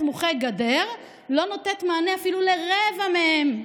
סמוכי גדר לא נותנת מענה אפילו לרבע מהם.